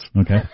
Okay